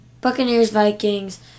Buccaneers-Vikings